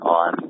on